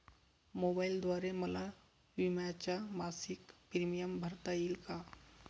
मोबाईलद्वारे मला विम्याचा मासिक प्रीमियम भरता येईल का?